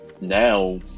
Now